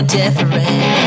different